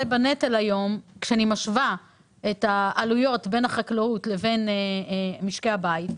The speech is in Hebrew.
כשאני משווה את העלויות בין החקלאות לבין משקי הבית,